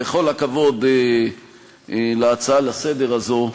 בכל הכבוד להצעה לסדר הזאת,